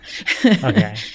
Okay